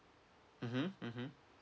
mmhmm mmhmm